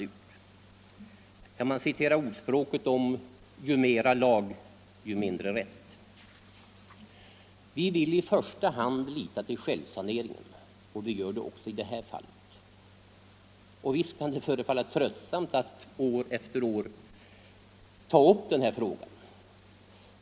Här kan man citera ordspråket ”ju mera lag, ju mindre rätt”. Vi vill i första hand lita till självsanering, och vi gör det också i det här fallet. Visst kan det förefalla tröttsamt att år efter år ta upp frågan.